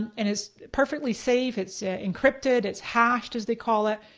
and it's perfectly safe, it's encrypted, it's hashed as they call it.